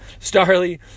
Starly